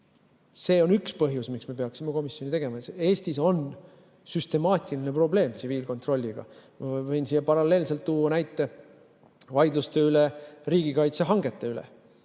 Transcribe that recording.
See on üks põhjusi, miks me peaksime komisjoni tegema. Eestis on süstemaatiline probleem tsiviilkontrolliga. Ma võin siia paralleelselt tuua näite vaidluste kohta riigikaitsehangete üle.